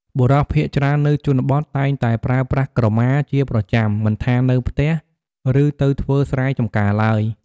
បុរសភាគច្រើននៅជនបទតែងតែប្រើប្រាស់ក្រមាជាប្រចាំមិនថានៅផ្ទះ ឬទៅធ្វើស្រែចំការឡើយ។